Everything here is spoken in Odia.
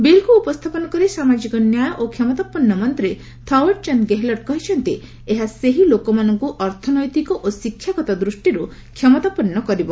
ବିଲ୍କୁ ଉପସ୍ଥାପନ କରି ସାମାଜିକ ନ୍ୟାୟ ଓ କ୍ଷମତାପନ୍ନ ମନ୍ତ୍ରୀ ଥାଓ୍ୱାଡ ଚାନ୍ଦ ଗେହେଲତ୍ କହିଛନ୍ତି ଏହା ସେହି ଲୋକମାନଙ୍କୁ ଅର୍ଥନୈତିକ ଓ ଶିକ୍ଷାଗତ ଦୃଷ୍ଟିରୁ କ୍ଷମତାପନ୍ନ କରିବ